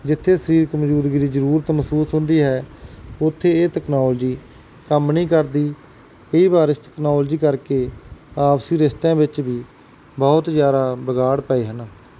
ਜਿੱਥੇ ਸਰੀਰਕ ਮੌਜੂਦਗੀ ਦੀ ਜ਼ਰੂਰਤ ਮਹਿਸੂਸ ਹੁੰਦੀ ਹੈ ਉੱਥੇ ਇਹ ਤਕਨਾਲੋਜੀ ਕੰਮ ਨਹੀਂ ਕਰਦੀ ਕਈ ਵਾਰ ਇਸ ਤਕਨਾਲੋਜੀ ਕਰਕੇ ਆਪਸੀ ਰਿਸ਼ਤਿਆਂ ਵਿੱਚ ਵੀ ਬਹੁਤ ਜ਼ਿਆਦਾ ਵਿਗਾੜ ਪਏ ਹਨ